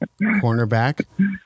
cornerback